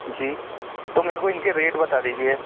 जी तो मेरे को इनके रेट बता दीजिए